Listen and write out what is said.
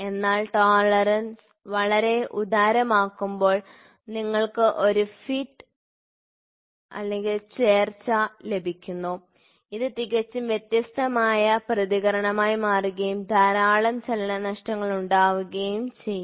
എന്നാൽ ടോളറൻസ് വളരെ ഉദാരമാക്കുമ്പോൾ നിങ്ങൾക്ക് ഒരു ഫിറ്റ് fit ചേർച്ച ലഭിക്കുമ്പോൾ അത് തികച്ചും വ്യത്യസ്തമായ പ്രതികരണമായി മാറുകയും ധാരാളം ചലനനഷ്ടങ്ങളുണ്ടാകുകയും ചെയ്യുന്നു